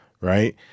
right